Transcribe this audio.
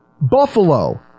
Buffalo